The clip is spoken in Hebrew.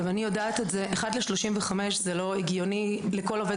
אחד ל-35 זה לא הגיוני לכל עובד